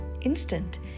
instant